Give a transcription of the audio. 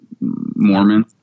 Mormon